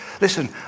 Listen